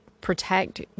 protect